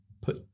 put